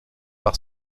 par